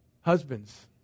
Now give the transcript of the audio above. Husbands